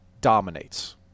Dominates